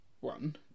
one